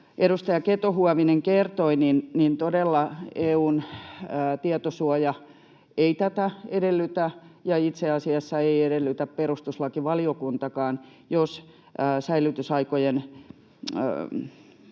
edustaja Keto-Huovinen kertoi, todella EU:n tietosuoja ei tätä edellytä, ja itse asiassa ei edellytä perustuslakivaliokuntakaan, jos pitkille